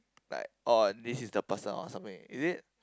like oh this is the person or something is it